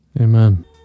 Amen